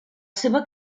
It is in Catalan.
seva